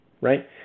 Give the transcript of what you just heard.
right